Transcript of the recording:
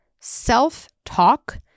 self-talk